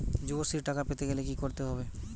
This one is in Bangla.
যুবশ্রীর টাকা পেতে গেলে কি করতে হবে?